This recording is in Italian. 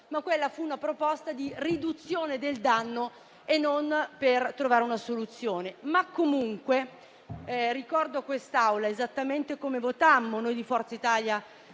quella fu una proposta di riduzione del danno e non era volta a trovare una soluzione. Comunque ricordo a quest'Assemblea esattamente come votammo noi di Forza Italia